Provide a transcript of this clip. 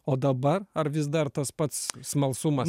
o dabar ar vis dar tas pats smalsumas